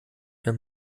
wenn